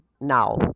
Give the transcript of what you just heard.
now